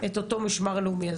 את אותו משמר לאומי.